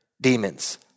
demons